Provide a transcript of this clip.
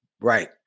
Right